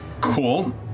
Cool